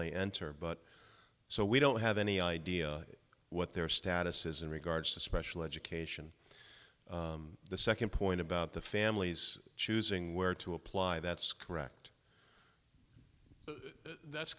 they enter but so we don't have any idea what their status is in regards to special education the second point about the families choosing where to apply that's correct that's